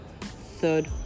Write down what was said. third